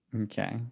Okay